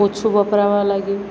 ઓછું વપરાવા લાગ્યું